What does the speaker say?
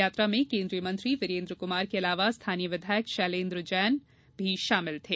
यात्रा में केंद्रीय मंत्री वीरेंद्र कुमार के अलावा स्थानीय विधायक शैलेंद्र जैन भी शामिल थे